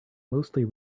mostly